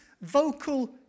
vocal